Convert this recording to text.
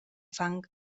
fang